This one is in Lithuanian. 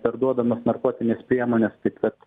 perduodamos narkotinės priemonės taip kad